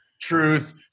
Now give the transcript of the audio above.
truth